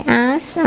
ask